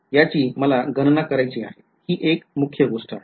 ह्याची मला गणना करायची आहे हि एक मुख्य गोष्ट आहे